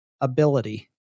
ability